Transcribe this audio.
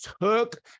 took